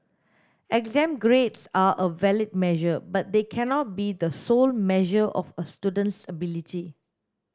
exam grades are a valid measure but they cannot be the sole measure of a student's ability